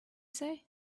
say